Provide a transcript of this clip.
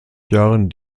jahren